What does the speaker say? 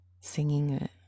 singing